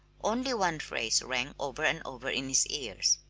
only one phrase rang over and over in his ears,